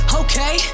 okay